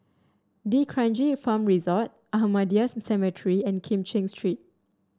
D'Kranji Farm Resort Ahmadiyya's Cemetery and Kim Cheng Street